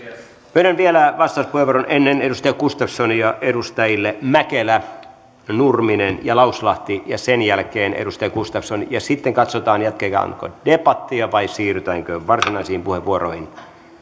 myönnän vielä vastauspuheenvuoron ennen edustaja gustafssonia edustajille mäkelä nurminen ja lauslahti ja sen jälkeen edustaja gustafssonille sitten katsotaan jatketaanko debattia vai siirrytäänkö varsinaisiin puheenvuoroihin